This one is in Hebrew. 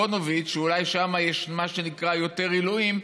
אז ישיבת פוניבז' אולי שם יש מה שנקרא יותר עילויים,